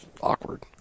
Awkward